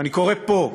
אני קורא פה,